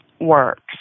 works